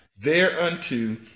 thereunto